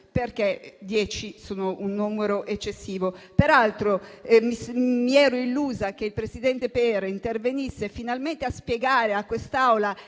a vita sono un numero eccessivo. Peraltro mi ero illusa che il presidente Pera intervenisse finalmente per spiegare a quest'Assemblea